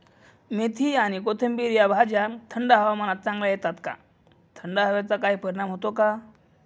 मेथी आणि कोथिंबिर या भाज्या थंड हवामानात चांगल्या येतात का? थंड हवेचा काही परिणाम होतो का?